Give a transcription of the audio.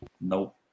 Nope